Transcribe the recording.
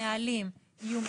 הנהלים יהיו מפורסמים.